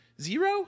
zero